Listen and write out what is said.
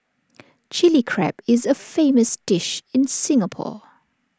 Chilli Crab is A famous dish in Singapore